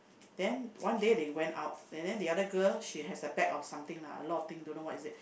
then one day they went out and then the other girl she has a bag of something lah a lot of thing don't know what is it